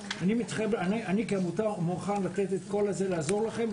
אני כעמותה מוכן לתת את הכול ולעזור לכם.